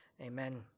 amen